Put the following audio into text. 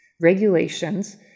regulations